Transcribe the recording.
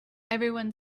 everyone